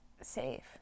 safe